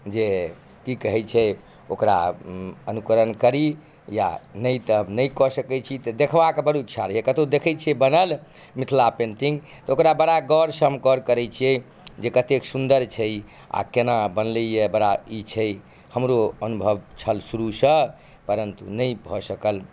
जे की कहय छै ओकरा अनुकरण करी या नहि तऽ हम नहि कऽ सकय छी तऽ देखबाक बड़ इच्छा रहैये कतहु देखय छियै बनल मिथिला पेन्टिंग तऽ ओकरा बड़ा गौरसँ हम करय छियै जे कतेक सुन्दर छै आओर केना बनलइए बड़ा ई छै हमरो अनुभव छल शुरूसँ परन्तु नहि भऽ सकल